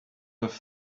have